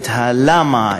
את ה"למה",